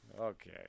Okay